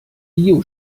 bio